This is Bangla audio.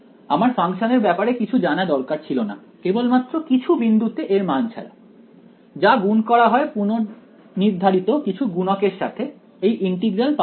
আমার ফাংশনের ব্যাপারে কিছু জানা দরকার ছিল না কেবলমাত্র কিছু বিন্দুতে এর মান ছাড়া যা গুণ করা হয় পুনর্নির্ধারিত কিছু গুণক এর সাথে এই ইন্টিগ্র্যাল পাওয়ার জন্য